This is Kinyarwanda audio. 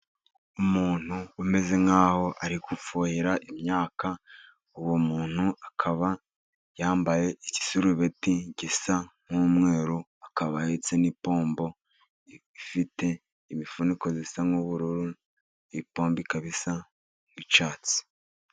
Umuntu umeze nkaho ari gufuhira imyaka, uwo muntu akaba yambaye igisarubeti gisa nk'umweru akaba ahetse n'ipombo ifite imifuniko isa nk'ubururu ipombi ikaba isa nk'icyatsi.